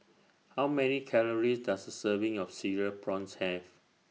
How Many Calories Does A Serving of Cereal Prawns Have